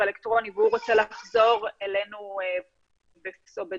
אלקטרוני והוא רוצה לחזור אלינו בדואר,